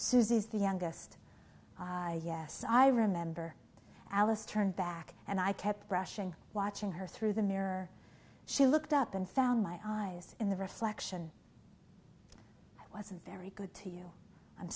susie's the youngest yes i remember alice turned back and i kept brushing watching her through the mirror she looked up and found my eyes in the reflection wasn't very good to you i'm